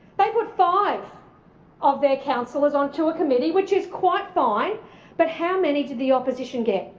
they put five of their councillors onto a committee which is quite fine but how many did the opposition get?